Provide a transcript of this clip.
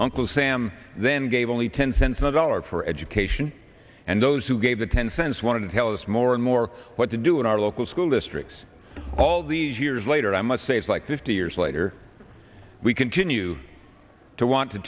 uncle sam then gave only ten cents on the dollar for education and those who gave the ten cents wanted to tell us more and more what to do in our local school districts all these years later i must say it's like the fifty years later we continue to want to